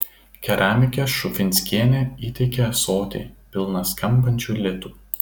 keramikė šufinskienė įteikė ąsotį pilną skambančių litų